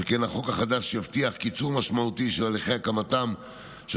שכן החוק החדש יבטיח קיצור משמעותי של הליכי הקמתם של